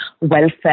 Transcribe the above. welfare